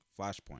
Flashpoint